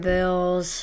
Bills